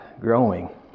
growing